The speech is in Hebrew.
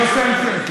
לא שמתי לב.